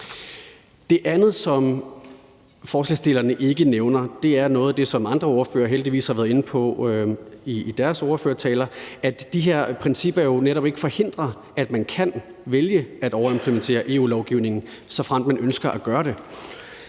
Det andet, som forslagsstillerne ikke nævner, men som andre ordførere heldigvis har været inde på i deres ordførertaler, er, at de her principper jo netop ikke forhindrer, at man kan vælge at overimplementere EU-lovgivningen, såfremt man ønsker at gøre det.